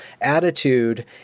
attitude